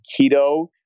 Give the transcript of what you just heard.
keto